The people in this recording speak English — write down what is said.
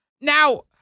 Now